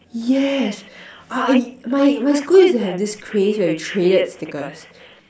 yes ah my my school used to have this craze where we traded stickers